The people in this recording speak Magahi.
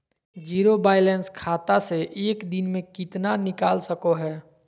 जीरो बायलैंस खाता से एक दिन में कितना निकाल सको है?